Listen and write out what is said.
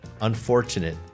Unfortunate